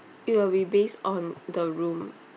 it will be based on the room